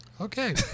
Okay